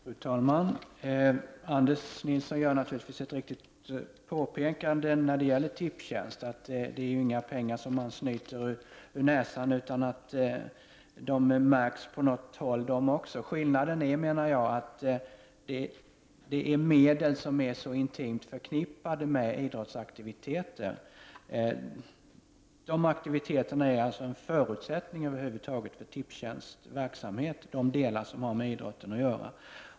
Fru talman! Anders Nilsson gör naturligtvis ett riktigt påpekande när det gäller Tipstjänst. Det är inga pengar man snyter ur näsan. De märks på något håll de också. Skillnaden är, menar jag, att det är medel som är så intimt förknippade med idrottsaktiviteter. De aktiviteterna är alltså en förutsättning för de delar av Tipstjänsts verksamhet som har med idrotten att göra.